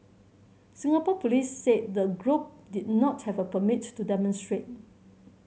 Singapore police said the group did not have a permit to demonstrate